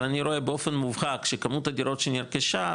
אבל אני רואה באופן מובהק שכמות הדירות שנרכשה,